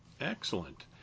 excellent